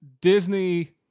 Disney